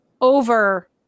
over